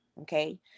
Okay